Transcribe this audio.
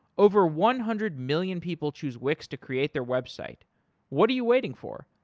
over one-hundred-million people choose wix to create their website what are you waiting for?